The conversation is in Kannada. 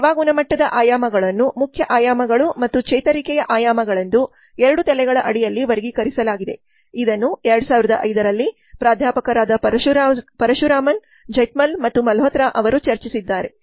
ಇ ಸೇವಾ ಗುಣಮಟ್ಟದ ಆಯಾಮಗಳನ್ನು ಮುಖ್ಯ ಆಯಾಮಗಳು ಮತ್ತು ಚೇತರಿಕೆಯ ಆಯಾಮಗಳೆಂದು ಎರಡು ತಲೆಗಳ ಅಡಿಯಲ್ಲಿ ವರ್ಗೀಕರಿಸಲಾಗಿದೆ ಇದನ್ನು 2005 ರಲ್ಲಿ ಪ್ರಾಧ್ಯಾಪಕರಾದ ಪರಶುರಾಮನ್ ಝೆಇಥಮ್ಲ್ ಮತ್ತು ಮಲ್ಹೋತ್ರಾ ಅವರು ಚರ್ಚಿಸಿದ್ದಾರೆ